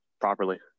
properly